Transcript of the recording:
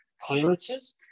clearances